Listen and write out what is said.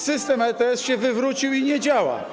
System ETS się wywrócił i nie działa.